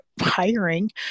hiring